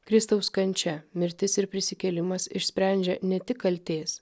kristaus kančia mirtis ir prisikėlimas išsprendžia ne tik kaltės